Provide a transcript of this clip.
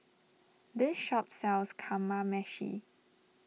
this shop sells Kamameshi